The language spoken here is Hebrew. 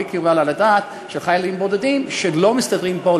הדעת של חיילים בודדים שלא מסתדרים פה,